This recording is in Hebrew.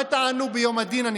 אני לא יודע מה תענו ביום הדין.